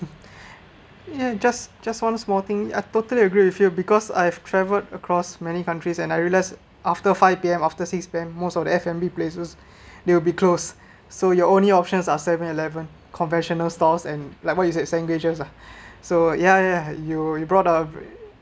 ya just just one small thing I totally agree with you because I've travelled across many countries and I realized after five P_M after six P_M most of the f and b places they will be close so your only options are seven eleven conventional stores and like what you said sandwiches la so ya ya you you brought up a very